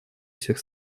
всех